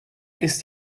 ist